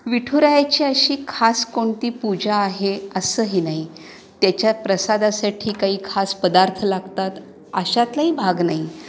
विठुरायाची अशी खास कोणती पूजा आहे असंही नाही त्याच्यात प्रसादासाठी काही खास पदार्थ लागतात अशातलाही भाग नाही